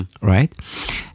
right